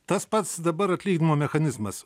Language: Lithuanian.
tas pats dabar atlyginimo mechanizmas